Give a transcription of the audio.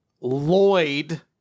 Lloyd